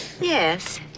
Yes